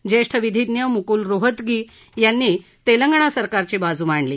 जेष्ठ विधीज्ञ म्क्ल रोहतगी यांनी तेलंगणा सरकारची बाज् मांडली